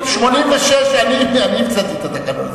ב-1986 אני המצאתי את התקנון הזה.